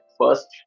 first